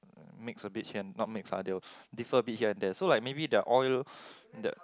mix a bit here and not mix lah they'll differ a bit here and there so like maybe the oil that